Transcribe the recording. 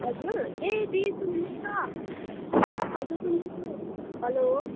हजुर ए दिदी सुन्नुहोस् न हजुर सुन्दैछु हेलो